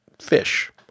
fish